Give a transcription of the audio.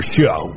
Show